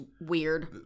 weird